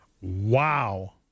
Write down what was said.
Wow